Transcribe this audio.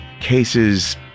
cases